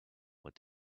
what